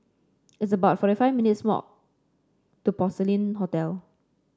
it's about forty five minutes' walk to Porcelain Hotel